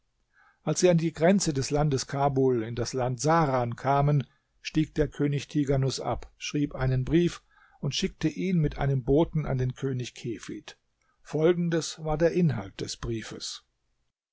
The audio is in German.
als sie an die grenze des landes kabul in das land sahran kamen stieg der könig tighanus ab schrieb einen brief und schickte ihn mit einem boten an den könig kefid folgendes war der inhalt des briefes